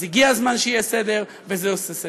אז הגיע הזמן שיהיה סדר, וזה עושה סדר.